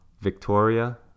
Victoria